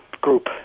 Group